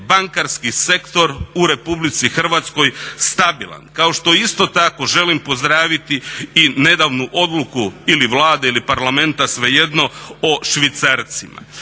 bankarski sektor u Republici Hrvatskoj stabilan, kao što isto tako želim pozdraviti i nedavnu odluku ili Vlade ili Parlamenta, svejedno, o švicarcima.